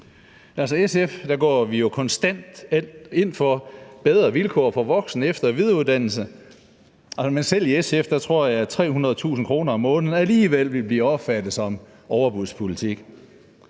I SF går vi konstant ind for bedre vilkår for voksen-, efter- og videreuddannelse, men selv i SF tror jeg at 300.000 kr. om måneden alligevel ville blive opfattet som overbudspolitik.